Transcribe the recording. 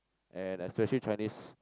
and especially Chinese